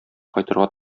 кайтырга